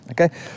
okay